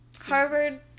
Harvard